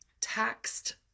taxed